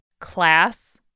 class